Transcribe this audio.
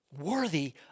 worthy